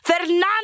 Fernando